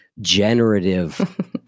generative